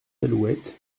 alouettes